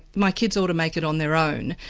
my kids ought to make it on their own,